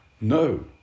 No